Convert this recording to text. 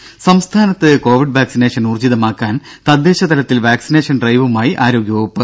ദേദ സംസ്ഥാനത്ത് Covid vaccination ഊർജ്ജിതമാക്കാൻ തദ്ദേശതലത്തിൽ വാക്സിനേഷൻ ഡ്രൈവുമായി ആരോഗ്യവകുപ്പ്